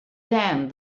them